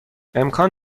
امکان